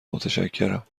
متشکرم